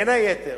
בין היתר,